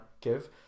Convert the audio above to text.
give